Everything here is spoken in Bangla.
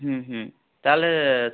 হুম হুম তাহলে